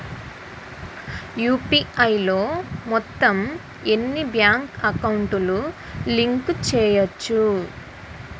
UPI లో మొత్తం ఎన్ని బ్యాంక్ అకౌంట్ లు లింక్ చేయచ్చు?